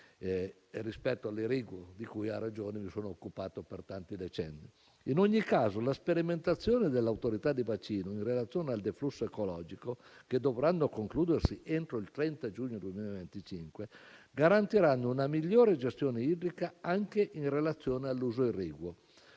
rispetto alle regole di cui - a ragione - mi sono occupato per tanti decenni. In ogni caso, le sperimentazioni dell'Autorità di bacino in relazione al deflusso ecologico, che dovranno concludersi entro il 30 giugno 2025, garantiranno una migliore gestione idrica anche in relazione all'uso irriguo,